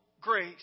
grace